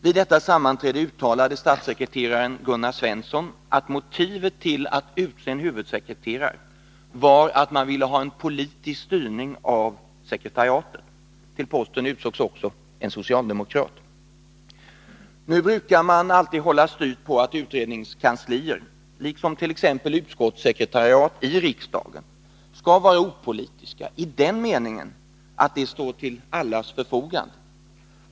Vid detta sammanträde uttalade statssekreteraren Gunnar Svensson att motivet till att utse en huvudsekreterare var att man ville ha en politisk styrning av sekretariatet. Till posten utsågs också en socialdemokrat. Man brukar alltid hålla styvt på att utredningskanslier, liksom utskottssekretariat i riksdagen, skall vara opolitiska i den meningen att de står till allas förfogande.